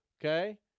Okay